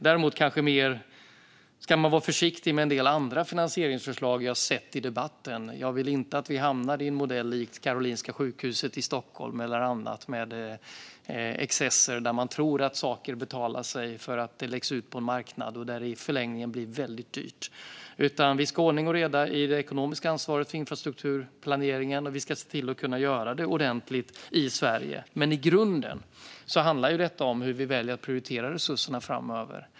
Däremot ska man vara försiktig med en del andra finansieringsförslag som vi har hört talas om i debatten. Jag vill inte att vi hamnar i en modell likt Karolinska sjukhuset i Stockholm eller annat med excesser där man tror att saker betalar sig för att de läggs ut på en marknad, men där det i förlängningen blir väldigt dyrt. Vi ska ha ordning och reda i fråga om det ekonomiska ansvaret för infrastrukturplaneringen, och vi ska se till att kunna göra det ordentligt i Sverige. Men i grunden handlar detta om hur vi väljer att prioritera resurserna framöver.